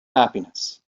happiness